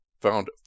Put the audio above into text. found